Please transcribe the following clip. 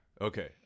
Okay